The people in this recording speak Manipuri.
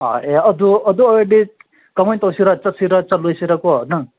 ꯑꯥ ꯑꯦ ꯑꯗꯨ ꯑꯗꯨꯑꯣꯏꯔꯗꯤ ꯀꯃꯥꯏꯅ ꯇꯧꯁꯤꯔ ꯆꯠꯁꯤꯔꯥ ꯆꯠꯂꯣꯏꯁꯤꯔꯀꯣ ꯅꯪ